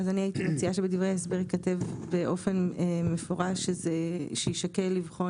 אז אני הייתי מציעה שבדברי ההסבר ייכתב באופן מפורש שיישקל לבחון